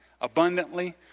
abundantly